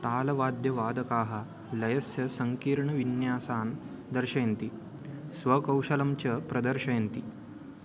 तालवाद्यवादकाः लयस्य सङ्कीर्णविन्यासान् दर्शयन्ति स्वकौशलं च प्रदर्शयन्ति